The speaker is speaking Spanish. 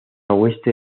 oeste